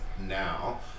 now